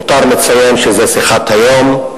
מותר לציין שזו שיחת היום.